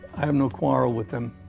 i have no quarrel with them.